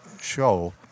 show